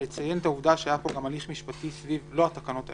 ולציין את העובדה שהיה הליך משפטי סביב התקנות המקבילות.